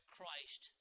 Christ